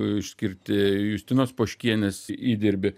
išskirti justinos poškienės įdirbį